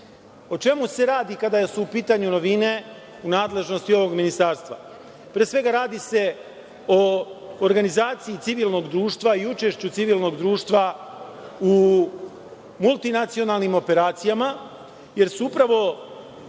čemu se radi kada su u pitanju novine i nadležnosti ovog ministarstva? Pre svega, radi se o organizaciji civilnog društva i učešću civilnog društva u multinacionalnim operacijama, jer su upravo